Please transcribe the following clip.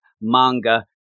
manga